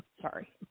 sorry